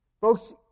Folks